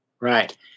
right